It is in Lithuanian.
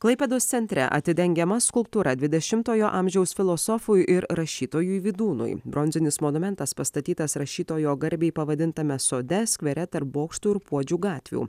klaipėdos centre atidengiama skulptūra dvidešimtojo amžiaus filosofui ir rašytojui vydūnui bronzinis monumentas pastatytas rašytojo garbei pavadintame sode skvere tarp bokštų ir puodžių gatvių